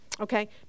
Okay